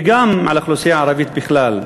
וגם על האוכלוסייה הערבית בכלל,